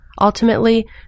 Ultimately